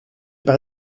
par